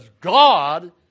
God